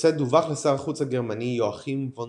הנושא דווח לשר החוץ הגרמני יואכים פון